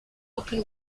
open